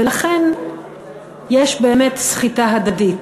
ולכן יש באמת סחיטה הדדית,